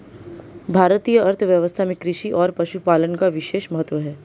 भारतीय अर्थव्यवस्था में कृषि और पशुपालन का विशेष महत्त्व है